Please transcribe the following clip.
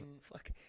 Fuck